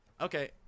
Okay